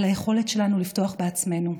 על היכולת שלנו לבטוח בעצמנו,